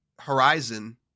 Horizon